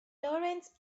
laurence